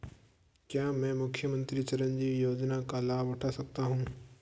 क्या मैं मुख्यमंत्री चिरंजीवी योजना का लाभ उठा सकता हूं?